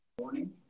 morning